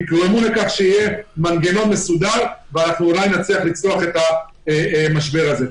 תגרמו לכך שיהיה מנגנון מסודר ואנחנו אולי נצליח לצלוח את המשבר הזה.